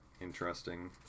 Interesting